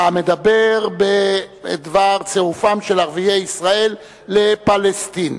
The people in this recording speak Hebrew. בדבר צירופם של ערביי ישראל לפלסטין.